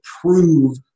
prove